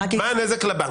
מה הנזק לבנק?